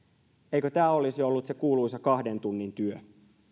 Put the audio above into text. eikö tämä olisi ollut se kuuluisa kahden tunnin työ